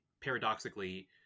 paradoxically